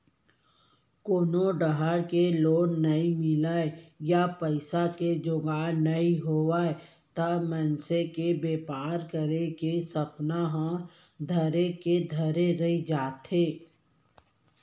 कोनो डाहर ले लोन नइ मिलय या पइसा के जुगाड़ नइ होवय त मनसे के बेपार करे के सपना ह धरे के धरे रही जाथे